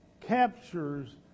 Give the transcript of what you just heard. captures